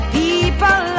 people